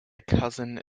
cousin